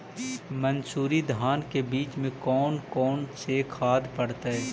मंसूरी धान के बीज में कौन कौन से खाद पड़तै?